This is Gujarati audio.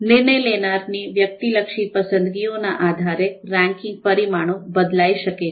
નિર્ણય લેનારાઓની વ્યક્તિલક્ષી પસંદગીઓના આધારે રેન્કિંગ પરિણામો બદલાઇ શકે છે